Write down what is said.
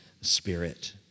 Spirit